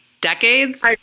decades